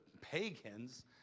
pagans